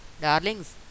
Darlings